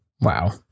wow